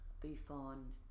Buffon